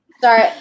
Sorry